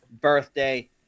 birthday